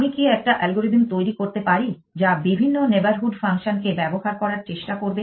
আমি কি একটা অ্যালগোরিদম তৈরি করতে পারি যা বিভিন্ন নেইবারহুড ফাংশন কে ব্যবহার করার চেষ্টা করবে